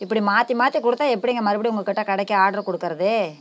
இப்படி மாற்றி மாற்றி கொடுத்தா எப்படிங்க மறுபடியும் உங்கக்கிட்ட கடைக்கு ஆர்டரு கொடுக்குறது